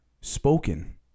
spoken